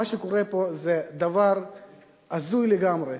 מה שקורה פה זה דבר הזוי לגמרי,